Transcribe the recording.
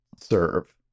serve